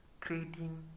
trading